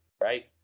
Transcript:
Right